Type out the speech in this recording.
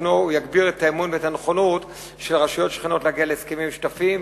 הוא יגביר את האמון ואת הנכונות של רשויות שכנות להגיע להסכמים משותפים,